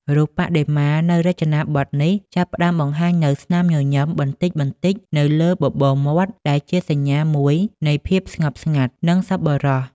រូបបដិមានៅរចនាបថនេះចាប់ផ្ដើមបង្ហាញនូវ ស្នាមញញឹម បន្តិចៗនៅលើបបូរមាត់ ដែលជាសញ្ញាមួយនៃភាពស្ងប់ស្ងាត់ និងសប្បុរស។